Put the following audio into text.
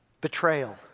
Betrayal